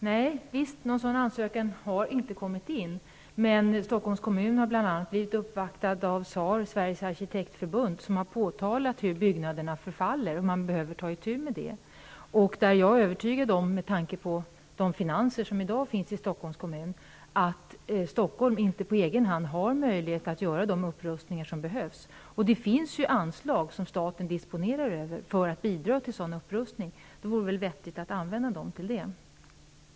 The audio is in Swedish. Herr talman! Det är riktigt att någon sådan ansökan inte har kommit in. Men Sockholms kommun har bl.a. blivit uppvaktad av SAR, Sveriges arkitektförbund, som har påtalat hur byggnaderna förfaller och att man behöver ta itu med det. Med tanke på finanserna i Stockholms kommun i dag är jag övertygad om att Stockholm inte har möjlighet att på egen hand göra de upprustningar som behövs. Det finns anslag som staten disponerar över för att bidra till sådan upprustning. Det vore vettigt att använda dessa anslag till det.